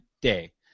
day